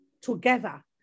together